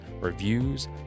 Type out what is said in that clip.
reviews